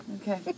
Okay